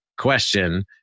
question